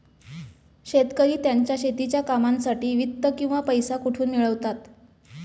शेतकरी त्यांच्या शेतीच्या कामांसाठी वित्त किंवा पैसा कुठून मिळवतात?